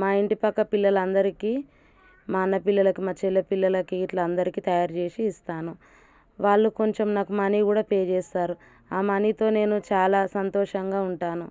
మా ఇంటి పక్క పిల్లలందరికి మా అన్న పిల్లలకి మా చెల్లి పిల్లలకి ఇట్లా అందరికీ తయారు చేసి ఇస్తాను వాళ్ళు కొంచెం నాకు మనీ కూడా పే చేస్తారు ఆ మనీతో నేను చాలా సంతోషంగా ఉంటాను